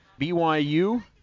BYU